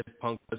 Punk